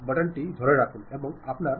പ്രിയ സുഹൃത്തുക്കളെ